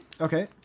Okay